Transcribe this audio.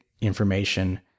information